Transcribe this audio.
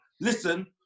listen